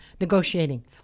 negotiating